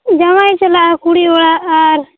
ᱡᱟᱶᱟᱭ ᱪᱟᱞᱟᱜᱼᱟ ᱠᱩᱲᱤ ᱚᱲᱟᱜ ᱟᱨ